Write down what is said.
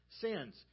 sins